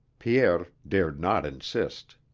pierre dared not insist.